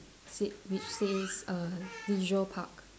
sit which says err visual park